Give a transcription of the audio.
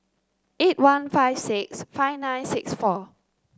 eight one five six five nine six four